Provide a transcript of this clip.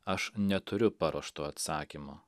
aš neturiu paruošto atsakymo